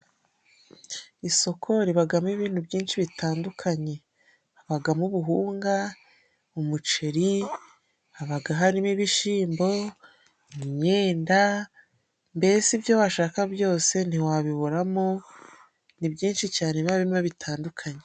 Isoko ribamo ibintu byinshi bitandukanye, habamo ubuhunga, umuceri, haba hari ibishyimbo, imyenda mbese ibyo washaka byose ntiwabiburamo, ni byinshi cyane biba birimo bitandukanye.